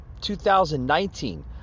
2019